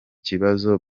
kibazo